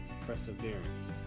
perseverance